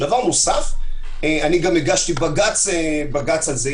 דבר נוסף, אני גם הגשתי בג"ץ על זה.